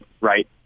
right